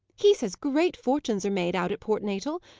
he says great fortunes are made, out at port natal.